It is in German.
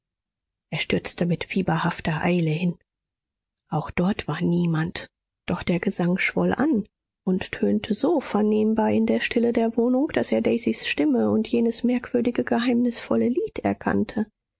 er stürzte mit fieberhafter eile hin auch dort war niemand doch der gesang schwoll an und tönte so vernehmbar in der stille der wohnung daß er daisys stimme und jenes merkwürdige geheimnisvolle lied erkannte